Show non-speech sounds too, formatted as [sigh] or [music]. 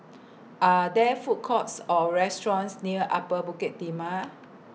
[noise] Are There Food Courts Or restaurants near Upper Bukit Timah